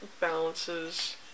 balances